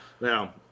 now